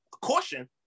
caution